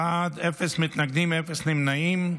12 בעד, אין מתנגדים, אין נמנעים.